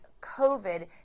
COVID